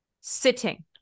sitting